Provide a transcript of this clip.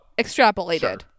extrapolated